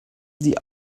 die